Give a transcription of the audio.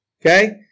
okay